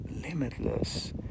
limitless